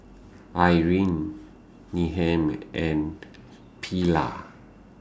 Irine Needham and Pearla